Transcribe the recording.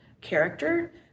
character